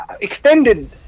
extended